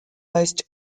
most